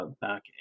back